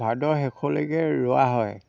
ভাদৰ শেষলৈকে ৰোৱা হয়